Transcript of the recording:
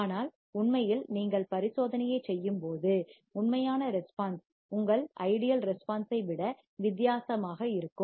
ஆனால் உண்மையில் நீங்கள் பரிசோதனையைச் செய்யும்போது உண்மையான ரெஸ்பான்ஸ் உங்கள் சீரான ideal ஐடியல் ரெஸ்பான்ஸ் ஐ விட வித்தியாசமாக இருக்கும்